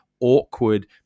awkward